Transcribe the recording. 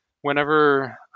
whenever